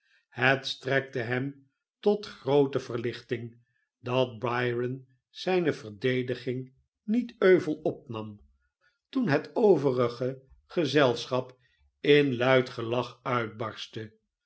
het strekte hem tot groote verlichting dat byron zijne verdediging niet euvel opnam toen het overige gezelschap in luid gelach uitbarstte